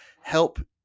help